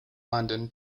london